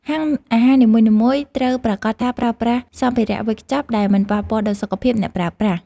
ហាងអាហារនីមួយៗត្រូវប្រាកដថាប្រើប្រាស់សម្ភារវេចខ្ចប់ដែលមិនប៉ះពាល់ដល់សុខភាពអ្នកប្រើប្រាស់។